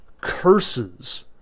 curses